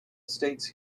estates